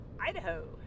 Idaho